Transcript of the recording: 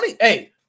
hey